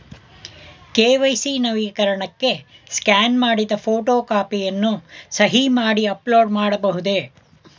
KYC ನವೀಕರಣಕ್ಕೆ scan ಮಾಡಿದ photo ಕಾಪಿಯನ್ನು ಸಹಿ ಮಾಡಿ ಅಪ್ಲೋಡ್ ಮಾಡಬಹುದೇ?